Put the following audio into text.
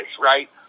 right